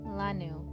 lanu